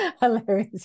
Hilarious